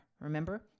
Remember